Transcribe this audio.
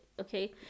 Okay